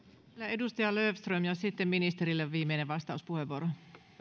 edustaja löfström ja sitten ministerille viimeinen vastauspuheenvuoro